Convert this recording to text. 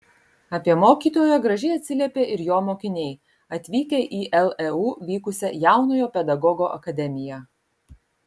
apie mokytoją gražiai atsiliepė ir jo mokiniai atvykę į leu vykusią jaunojo pedagogo akademiją